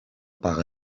paga